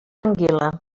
anguila